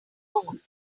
own